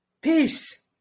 Peace